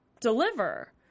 deliver